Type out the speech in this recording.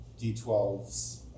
D12's